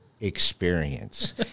experience